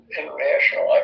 international